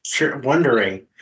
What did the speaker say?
wondering